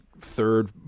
third